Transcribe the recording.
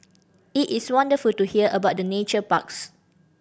it is wonderful to hear about the nature parks